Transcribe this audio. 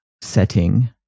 setting